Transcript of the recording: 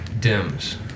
dims